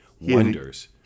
wonders